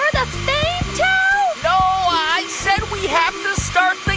ah i said we have to start like